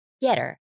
Getter